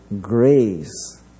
grace